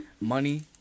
money